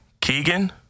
Keegan